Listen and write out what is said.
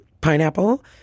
pineapple